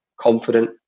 confident